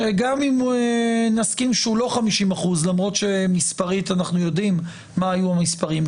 שגם אם נסכים שהוא לא ,50% למרות שמספרית אנחנו יודעים מה היו המספרים,